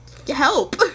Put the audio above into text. help